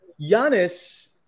Giannis